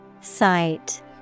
Sight